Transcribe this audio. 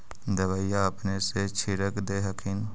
दबइया अपने से छीरक दे हखिन?